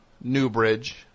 Newbridge